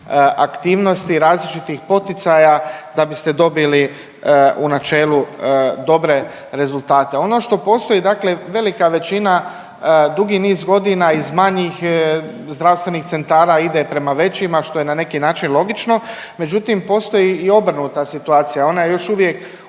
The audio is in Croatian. aktivnosti i različitih poticaja da biste dobili u načelu dobre rezultate. Ono što postoji dakle velika većina dugi niz godina iz manjih zdravstvenih centara ide prema većima što je na neki način logično, međutim postoji i obrnuta situacija, ona je još uvijek